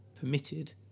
permitted